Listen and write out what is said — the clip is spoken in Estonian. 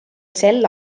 sel